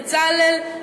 בצלאל,